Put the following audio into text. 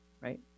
right